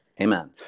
Amen